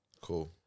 Cool